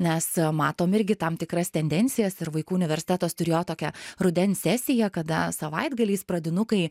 nes matom irgi tam tikras tendencijas ir vaikų universitetas turėjo tokią rudens sesiją kada savaitgaliais pradinukai